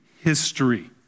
history